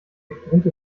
geklonte